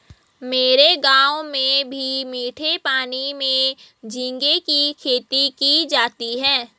मेरे गांव में भी मीठे पानी में झींगे की खेती की जाती है